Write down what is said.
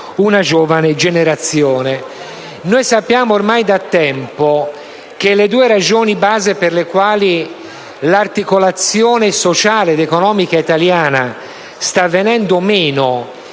una giovane generazione. Noi sappiamo ormai da tempo che le due ragioni di base per le quali l'articolazione sociale ed economica italiana sta venendo meno